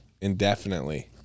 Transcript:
indefinitely